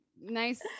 nice